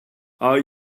are